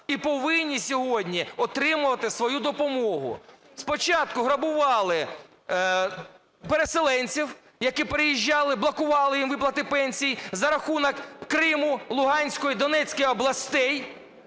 і повинні сьогодні отримувати свою допомогу. Спочатку грабували переселенців, які переїжджали, блокували їм виплати пенсій за рахунок Криму, Луганської і Донецької областей,